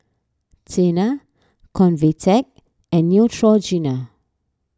Tena Convatec and Neutrogena